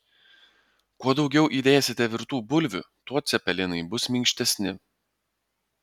kuo daugiau įdėsite virtų bulvių tuo cepelinai bus minkštesni